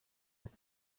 ist